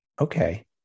Okay